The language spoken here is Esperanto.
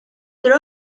tro